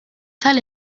tal